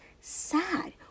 sad